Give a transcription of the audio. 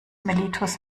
mellitus